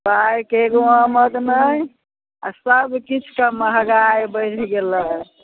पाइके एगो आमद नहि आ सब किछुके महगाइ बढ़ि गेलै